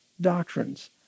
doctrines